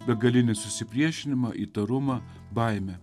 begalinį susipriešinimą įtarumą baimę